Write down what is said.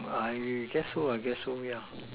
I guess so I guess so yeah